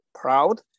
proud